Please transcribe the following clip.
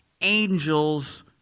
angels